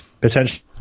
Potentially